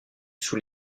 sous